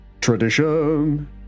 Tradition